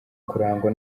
kurangwa